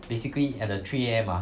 basically at the three A_M ah